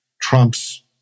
Trump's